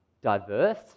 Diverse